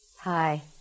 Hi